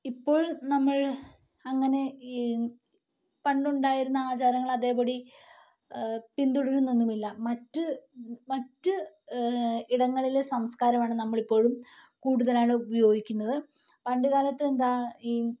ഇപ്പോള് നമ്മള് അങ്ങനെ ഈ പണ്ടുണ്ടായിരുന്ന ആചാരങ്ങള് അതേപടി പിന്തുടരുന്നൊന്നുമില്ല മറ്റ് മറ്റ് ഇടങ്ങളിലെ സംസ്കാരമാണ് നമ്മളിപ്പോഴും കൂടുതലാണ് ഉപയോഗിക്കുന്നത് പണ്ട് കാലത്ത് എന്താ ഈ